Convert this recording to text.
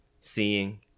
seeing